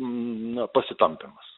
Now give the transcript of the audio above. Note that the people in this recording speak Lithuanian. na pasitampymas